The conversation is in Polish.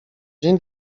dzień